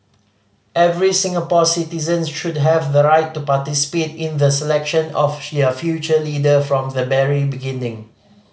every Singapore citizen should have the right to participate in the selection of future leader from the very beginning